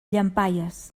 llampaies